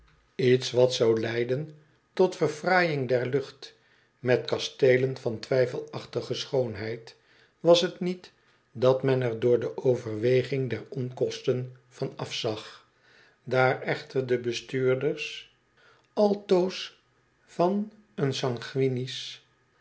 iets wat zou leiden tot verfraaiing der lucht met kasteolen van twijfelachtige schoonheid was t niet dat men er door de overweging der onkosten van afzag daar echter do bestuurders altoos van een sanguinisch